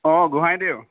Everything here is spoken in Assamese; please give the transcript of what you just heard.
অ গোহাঁইদেউ